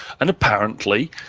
and apparently,